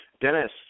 Dennis